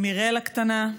מיראל הקטנה,